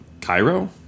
cairo